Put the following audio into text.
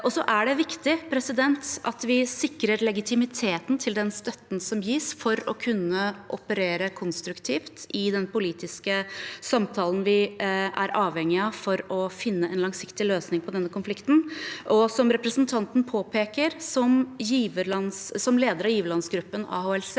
Det er viktig at vi sikrer legitimiteten til den støtten som gis for å kunne operere konstruktivt i den politiske samtalen vi er avhengig av for å finne en langsiktig løsning på denne konflikten. Og som representanten påpeker: Som leder av giverlandsgruppen, AHLC,